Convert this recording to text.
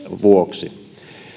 vuoksi